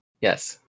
Yes